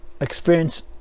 experience